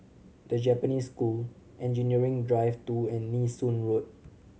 The Japanese School Engineering Drive Two and Nee Soon Road